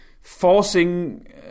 forcing